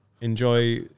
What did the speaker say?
enjoy